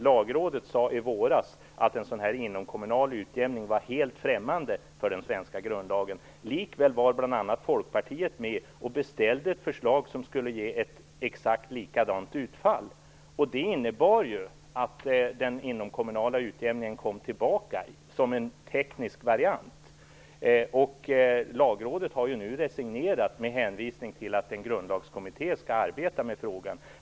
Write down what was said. Lagrådet sade i våras att en sådan här inomkommunal utjämning var helt främmande för den svenska grundlagen. Likväl var bl.a. Folkpartiet med och beställde ett förslag som skulle ge ett exakt likadant utfall. Det innebar ju att den inomkommunala utjämningen kom tillbaka som en teknisk variant. Lagrådet har nu resignerat med hänvisning till att en grundlagskommitté skall arbeta med frågan.